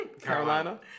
Carolina